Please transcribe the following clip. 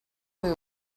moved